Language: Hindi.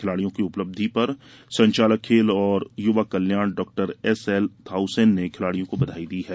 खिलाड़ियों की उपलब्धि पर संचालक खेल और युवा कल्याण डॉएसएल थाउसेन ने खिलाड़ियों को बधाई दी है